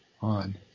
on